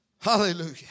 Hallelujah